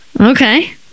okay